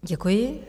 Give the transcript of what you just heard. Děkuji.